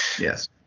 Yes